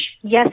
Yes